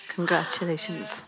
Congratulations